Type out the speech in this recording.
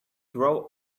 grow